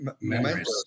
memories